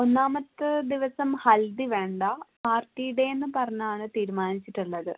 ഒന്നാമത്തെ ദിവസം ഹൽദി വേണ്ട പാർട്ടി ഡേന്ന് പറഞ്ഞാണ് തീരുമാനിച്ചിട്ടുള്ളത്